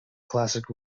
classic